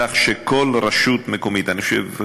כך שכל רשות מקומית, אני חושב,